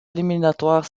éliminatoires